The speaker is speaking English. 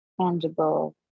tangible